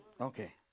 Okay